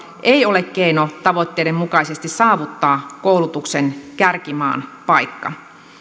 ei ole keino tavoitteiden mukaisesti saavuttaa koulutuksen kärkimaan paikka